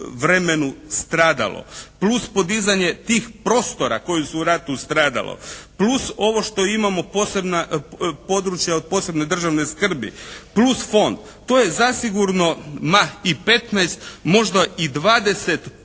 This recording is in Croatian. vremenu stradalo, plus podizanje tih prostora koji su u ratu stradali, plus ovo što imamo posebna, područja od posebne državne skrbi, plus fond, to je zasigurno, ma i 15 možda i 20%